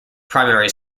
primary